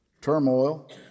turmoil